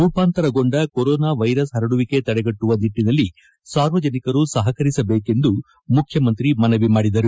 ರೂಪಾಂತರಗೊಂಡ corona virus ಪರಡುವಿಕೆ ತಡೆಗಟ್ಟುವ ನಿಟ್ಟನಲ್ಲಿ ಸಾರ್ವಜನಿಕರು ಸಹಕರಿಸಬೇಕೆಂದು ಮುಖ್ಯಮಂತ್ರಿ ಮನವಿ ಮಾಡಿದರು